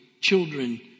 children